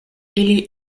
ili